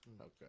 Okay